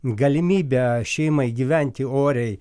galimybę šeimai gyventi oriai